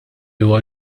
huwa